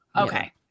Okay